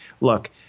look